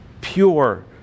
pure